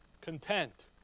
content